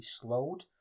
slowed